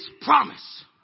promise